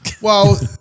Well-